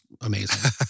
amazing